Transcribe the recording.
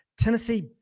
Tennessee